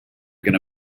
going